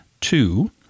two